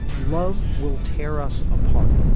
love will tear us apart.